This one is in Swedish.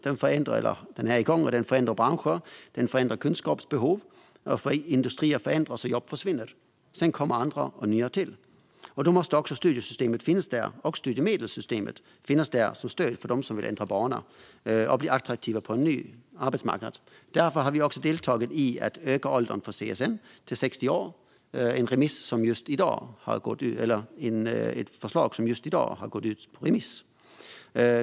Den är igång och den förändrar branscher och kunskapsbehov. Industrier förändras och jobb försvinner. Sedan kommer andra och nya till. Då måste också studiesystemet och studiemedelssystemet finnas där som stöd för dem som vill ändra bana och bli attraktiva på en ny arbetsmarknad. Därför har vi också deltagit i arbetet för att öka åldern för CSN till 60 år. Förslaget har just i dag gått ut på remiss.